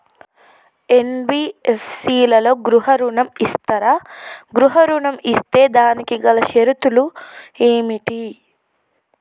NBFC లలో గృహ ఋణం ఇస్తరా? గృహ ఋణం ఇస్తే దానికి గల షరతులు ఏమిటి?